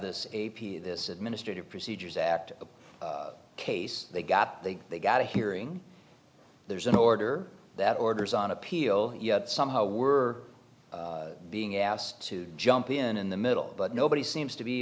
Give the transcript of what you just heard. p this administrative procedures act case they got they they got a hearing there's an order that orders on appeal yet somehow we're being asked to jump in in the middle but nobody seems to be